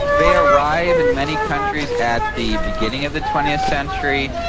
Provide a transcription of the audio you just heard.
they arrive in many countries at the beginning of the twentieth century,